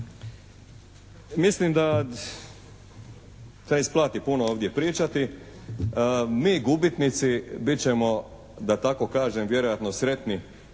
Mislim da se isplati puno ovdje pričati. Mi gubitnici bit ćemo da tako kažem vjerojatno sretni